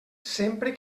sempre